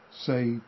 say